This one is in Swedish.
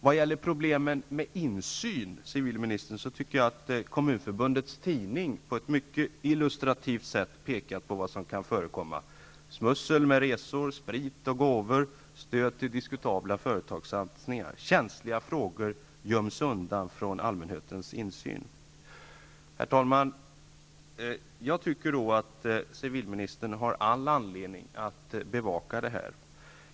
Vad gäller problemen med insyn, tycker jag att Kommunförbundets tidning på ett mycket illustrativt sätt har pekat på vad som kan förekomma: smussel med resor, sprit, gåvor, stöd till diskutabla företagssatsningar, och känsliga frågor göms undan från allmänhetens insyn. Herr talman! Jag tycker att civilministern har all anledning att bevaka det här.